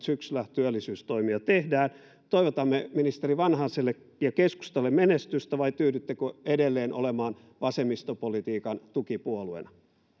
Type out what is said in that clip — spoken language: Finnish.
syksyllä työllisyystoimia tehdään toivotamme ministeri vanhaselle ja keskustalle menestystä vai tyydyttekö edelleen olemaan vasemmistopolitiikan tukipuolueena